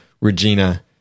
Regina